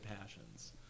passions